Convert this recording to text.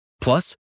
Plus